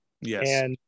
Yes